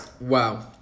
Wow